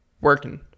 working